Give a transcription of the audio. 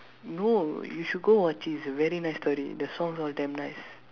no you should go watch it's very nice story the songs all damn nice